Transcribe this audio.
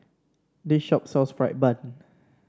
this shop sells fried bun